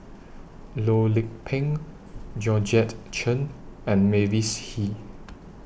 Loh Lik Peng Georgette Chen and Mavis Hee